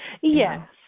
Yes